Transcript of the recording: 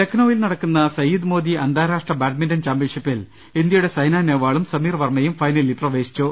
ലഖ്നൌവിൽ നടക്കുന്ന സയ്യിദ് മോദി അന്താരാഷ്ട്ര ബാഡ്മിന്റൺ ചാമ്പൃൻഷിപ്പിൽ ഇന്ത്യയുടെ സൈനാ നെഹ്വാളും സമീർ വർമ്മയും ഫ്രൈനലിൽ പ്രവേശി ച്ചു